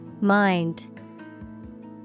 Mind